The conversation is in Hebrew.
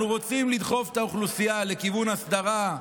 אנחנו רוצים לדחוף את האוכלוסייה לכיוון הסדרה,